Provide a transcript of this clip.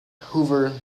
hoover